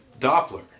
Doppler